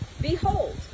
Behold